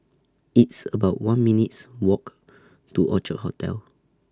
It's about one minutes' Walk to Orchard Hotel